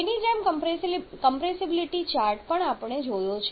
તેની જેમ compressibility chart પણ આપણે જોયો છે